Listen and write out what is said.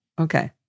Okay